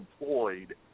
employed